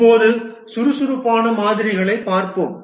இப்போது சுறுசுறுப்பான மாதிரிகளைப் பார்ப்போம்